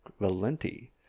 Valenti